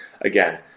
Again